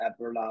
Everlast